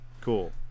cool